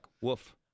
Woof